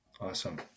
Awesome